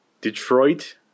Detroit